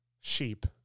Sheep